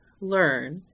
learn